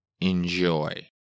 enjoy